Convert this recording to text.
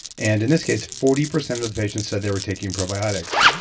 and in this case, forty percent of the patients said they were taking probiotics,